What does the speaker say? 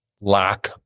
lack